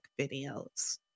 videos